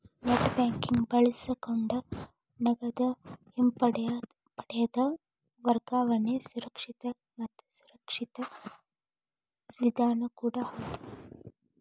net banking ಬಳಸಕೊಂಡ ನಗದ ಹಿಂಪಡೆದ ವರ್ಗಾವಣೆ ಸುರಕ್ಷಿತ ಮತ್ತ ಸುರಕ್ಷಿತ ವಿಧಾನ ಕೂಡ ಹೌದ್